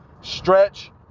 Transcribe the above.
stretch